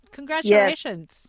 Congratulations